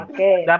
Okay